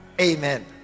Amen